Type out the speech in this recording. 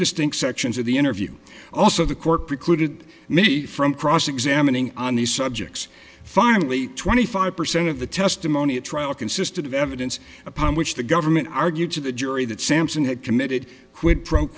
distinct sections of the interview also the court precluded me from cross examining on these subjects finally twenty five percent of the testimony at trial consisted of evidence upon which the government argued to the jury that sampson had committed a quid pro